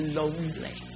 lonely